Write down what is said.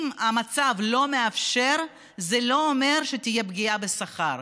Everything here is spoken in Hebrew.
אם המצב לא מאפשר, זה לא אומר שתהיה פגיעה בשכר,